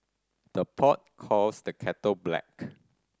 the pot calls the kettle black